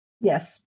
yes